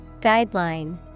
Guideline